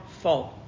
fault